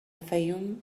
fayoum